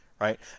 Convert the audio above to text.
right